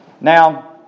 Now